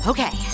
Okay